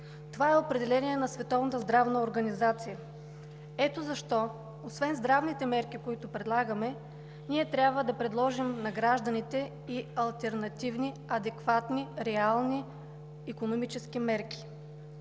здравна организация. Ето защо, освен здравните мерки, които предлагаме, ние трябва да предложим на гражданите и алтернативни, адекватни, реални икономически мерки.